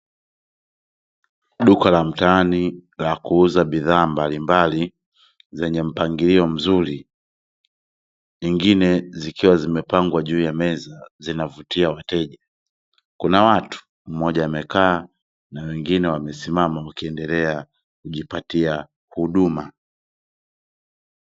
Duka la mtaani la kuuza bidhaa mbalimbali zenye mpangilio mzuri, nyingine zikiwa zimepangwa juu ya meza, zinavutia wateja. Kuna watu, mmoja amekaa na mwingine amesimama akiendelea kujipatia huduma.